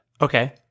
Okay